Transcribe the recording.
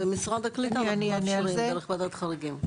במשרד הקליטה להגיש בוועדת חריגים.